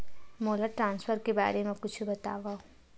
मोला ट्रान्सफर के बारे मा कुछु बतावव?